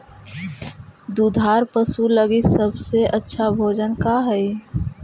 दुधार पशु लगीं सबसे अच्छा भोजन का हई?